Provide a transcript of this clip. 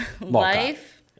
Life